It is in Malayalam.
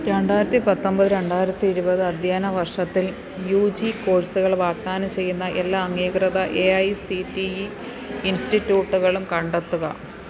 രണ്ടായിരത്തി പത്തൊൻപത് രണ്ടായിരത്തി ഇരുപത് അദ്ധ്യായന വർഷത്തിൽ യൂ ജീ കോഴ്സുകള് വാഗ്ദാനം ചെയ്യുന്ന എല്ലാ അംഗീകൃത A I C T E ഇൻസ്റ്റിറ്റ്യൂട്ടുകളും കണ്ടെത്തുക